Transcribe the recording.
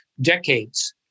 decades